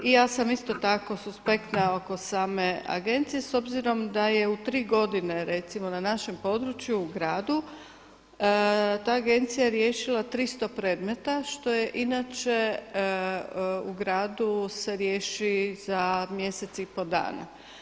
I sa sam isto tako suspektna oko same agencije s obzirom da je tri godine recimo na našem području u gradu ta agencija riješila 300 predmeta što je inače u gradu se riješi za mjesec i pol dana.